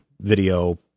video